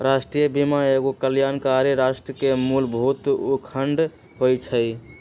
राष्ट्रीय बीमा एगो कल्याणकारी राष्ट्र के मूलभूत अङग होइ छइ